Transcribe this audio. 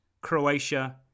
Croatia